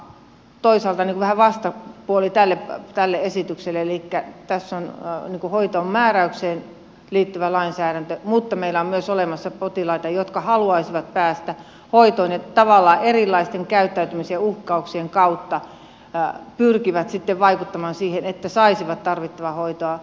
se on toisaalta vähän vastapuoli tälle esitykselle elikkä tässä on hoitoon määräykseen liittyvä lainsäädäntö mutta meillä on myös olemassa potilaita jotka haluaisivat päästä hoitoon ja tavallaan erilaisten käyttäytymisten ja uhkauksien kautta pyrkivät sitten vaikuttamaan siihen että saisivat tarvittavaa hoitoa